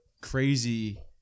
crazy